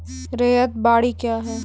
रैयत बाड़ी क्या हैं?